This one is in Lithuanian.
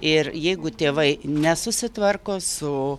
ir jeigu tėvai nesusitvarko su